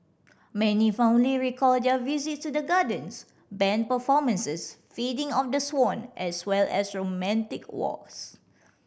many fondly recalled their visit to the gardens band performances feeding of the swan as well as romantic walks